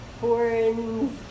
horns